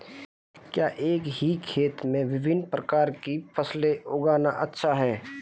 क्या एक ही खेत में विभिन्न प्रकार की फसलें उगाना अच्छा है?